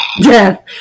death